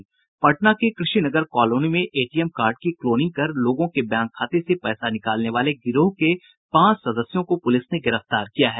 पटना के कृषि नगर कॉलोनी से एटीएम कार्ड की क्लोनिंग कर लोगों के बैंक खाते से पैसा निकालने वाले गिरोह के पांच सदस्यों को पुलिस ने गिरफ्तार किया है